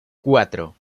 cuatro